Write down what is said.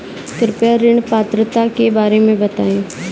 कृपया ऋण पात्रता के बारे में बताएँ?